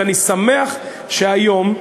ואני שמח שהיום,